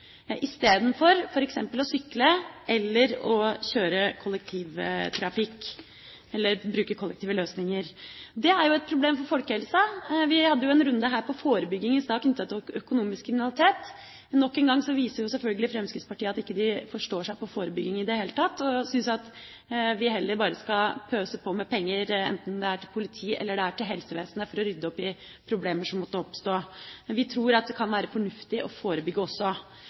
å sykle eller bruke kollektive løsninger. Det er et problem for folkehelsa. Vi hadde en runde her om forebygging i stad knyttet til økonomisk kriminalitet. Nok en gang viser selvfølgelig Fremskrittspartiet at de ikke forstår seg på forebygging i det hele tatt og syns at vi heller bare skal pøse på med penger, enten det er til politiet eller det er til helsevesenet, for å rydde opp i problemer som måtte oppstå. Men vi tror det kan være fornuftig å forebygge også.